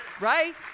Right